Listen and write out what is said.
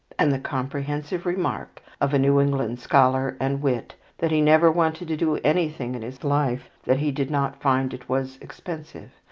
and the comprehensive remark of a new england scholar and wit that he never wanted to do anything in his life, that he did not find it was expensive,